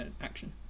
action